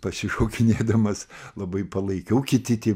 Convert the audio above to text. pasišokinėdamas labai palaikiau kiti tie